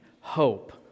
hope